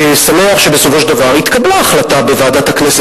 שמח שבסופו של דבר התקבלה החלטה בוועדת הכנסת